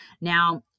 Now